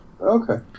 Okay